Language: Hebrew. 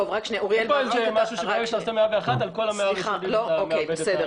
זה לא שאם אתה עושה 101 אז על כל 100 הראשונים אתה מאבד